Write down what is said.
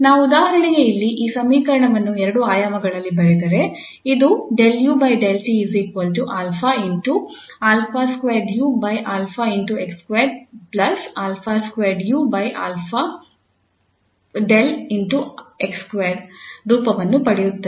ನಾವು ಉದಾಹರಣೆಗೆ ಇಲ್ಲಿ ಈ ಸಮೀಕರಣವನ್ನು ಎರಡು ಆಯಾಮಗಳಲ್ಲಿ ಬರೆದರೆ ಇದು ರೂಪವನ್ನು ಪಡೆಯುತ್ತದೆ